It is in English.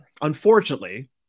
unfortunately